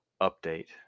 Update